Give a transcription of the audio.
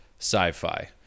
sci-fi